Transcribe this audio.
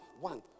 one